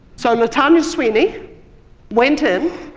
so, latanya sweeney went in,